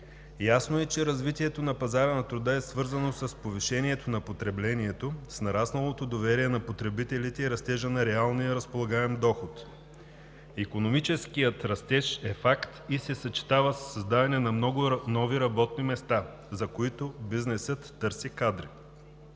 Ясно е, че развитието на пазара на труда е свързано с повишението на потреблението, с нарасналото доверие на потребителите и растежа на реалния разполагаем доход. Икономическият растеж е факт и се съчетава със създаване на много нови работни места, за които бизнесът търси кадри.